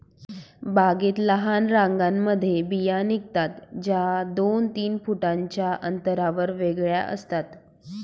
बागेत लहान रांगांमध्ये बिया निघतात, ज्या दोन तीन फुटांच्या अंतरावर वेगळ्या असतात